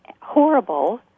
Horrible